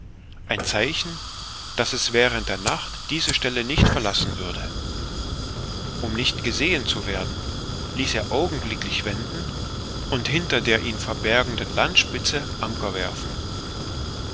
ein zeichen daß es während der nacht diese stelle nicht verlassen würde um nicht gesehen zu werden ließ er augenblicklich wenden und hinter der ihn verbergenden landspitze anker werfen